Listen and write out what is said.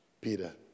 Peter